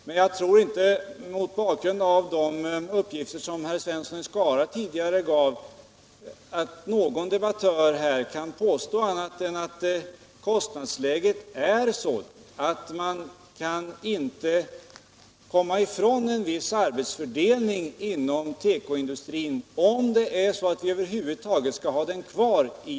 Men mot bakgrund av de uppgifter herr Svensson i Skara tidigare gav tror jag inte att någon debattör här kan påstå annat än att man med vårt kostnadsläge inte kan komma ifrån en viss arbetsfördelning inom tekoindustrin om vi över huvud taget skall ha den kvar i Sverige.